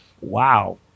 Wow